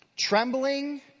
Trembling